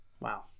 Wow